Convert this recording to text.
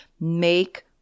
make